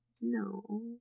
No